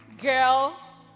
girl